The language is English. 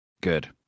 Good